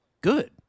good